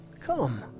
come